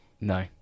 no